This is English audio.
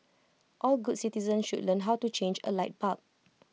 all good citizens should learn how to change A light bulb